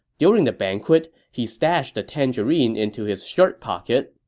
during the banquet, he stashed a tangerine into his shirt pocket.